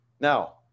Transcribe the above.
Now